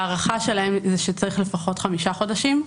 ההערכה היא שצריך לפחות חמישה חודשים.